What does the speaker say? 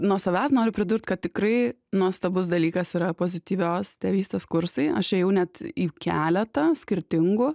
nuo savęs noriu pridurt kad tikrai nuostabus dalykas yra pozityvios tėvystės kursai aš ėjau net į keletą skirtingų